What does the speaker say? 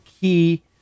key